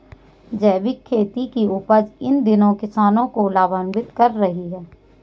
जैविक खेती की उपज इन दिनों किसानों को लाभान्वित कर रही है